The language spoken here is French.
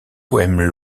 poèmes